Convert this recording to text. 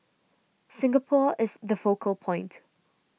Singapore is the focal point